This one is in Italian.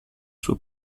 suo